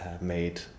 made